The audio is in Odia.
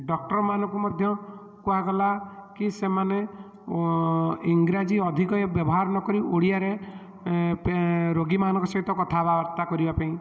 ଡକ୍ଟର୍ମାନଙ୍କୁ ମଧ୍ୟ କୁହାଗଲା କି ସେମାନେ ଇଂରାଜୀ ଅଧିକ ବ୍ୟବହାର ନକରି ଓଡ଼ିଆରେ ରୋଗୀମାନଙ୍କ ସହିତ କଥାବାର୍ତ୍ତା କରିବା ପାଇଁ